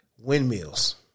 Windmills